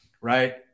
right